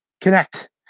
connect